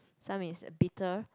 some is bitter